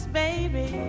baby